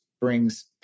brings